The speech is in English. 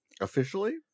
officially